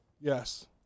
Yes